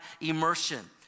immersion